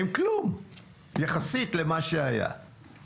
עם כלום יחסית למה שהיה.